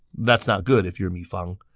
that's, not good if you're mi fang.